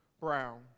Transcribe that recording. Brown